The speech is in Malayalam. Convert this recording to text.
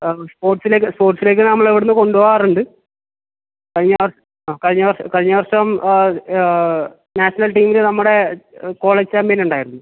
ആ സ്പോർട്സിലേക്ക് സ്പോർട്സിലേക്ക് നമ്മൾ ഇവിടെ നിന്ന് കൊണ്ട് പോവാറുണ്ട് കഴിഞ്ഞ ആ കഴിഞ്ഞ കഴിഞ്ഞ വർഷം നാഷണൽ ടീമിൽ നമ്മുടെ കോളേജ് ചാമ്പ്യൻ ഉണ്ടായിരുന്നു